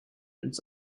ins